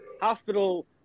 hospital